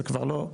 זה כבר לא,